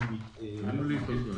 אני אתחיל בכמה דברים.